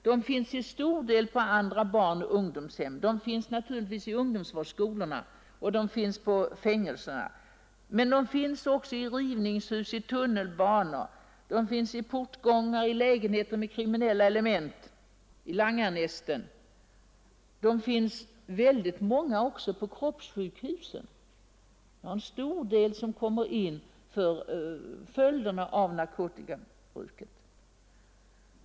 De finns till stor del på barnoch ungdomshem; de finns naturligvis på ungdomsvårdsskolorna och i fängelserna, men de finns också i rivningshus, i tunnelbanor, i portgångar, i lägenheter tillsammans med kriminella element och i langarnästen. Många finns också på kroppssjukhusen; en stor del tas in för följderna av narkotikabruket.